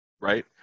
right